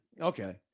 okay